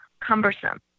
cumbersome